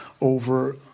over